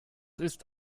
ist